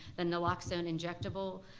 the naloxone injectable,